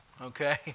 okay